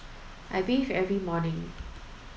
I bathe every morning